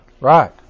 right